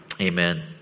Amen